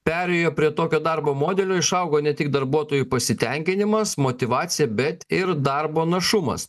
perėjo prie tokio darbo modelio išaugo ne tik darbuotojų pasitenkinimas motyvacija bet ir darbo našumas